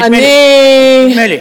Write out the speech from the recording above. נדמה לי.